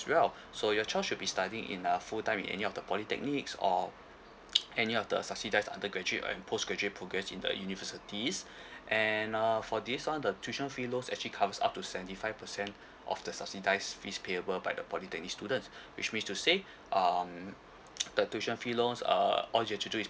well so your child should be studying in a full time in any of the polytechnics or any of the subsidize undergraduate or any post graduate programs in the universities and uh for these one the tuition fee loans actually comes up to seventy five percent of the subsidize fees payable by the polytechnic students which means to say um the tuition fee loans err all you have to do is